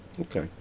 Okay